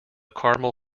caramel